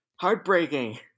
Heartbreaking